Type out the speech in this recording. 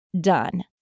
done